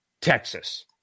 Texas